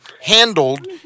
handled